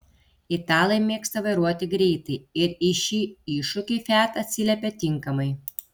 italai mėgsta vairuoti greitai ir į šį iššūkį fiat atsiliepia tinkamai